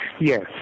Yes